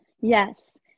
Yes